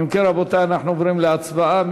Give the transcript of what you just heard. אנחנו עוברים להצבעה.